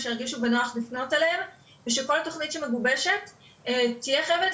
שירגישו בנוח לפנות אליהם ושכל תוכנית שמגובשת תהיה חייבת